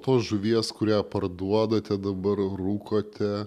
tos žuvies kurią parduodate dabar rūkote